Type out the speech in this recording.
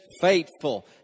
faithful